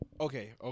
Okay